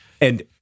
And-